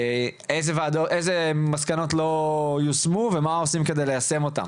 איזה מסקנות לא יושמו, ומה עושים כדי ליישם אותן.